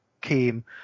came